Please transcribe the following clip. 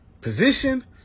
position